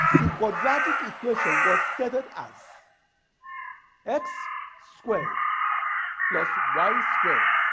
the quadratic equation was stated as x squared plus y squared